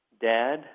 dad